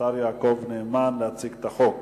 השר יעקב נאמן, להציג את החוק.